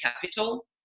capital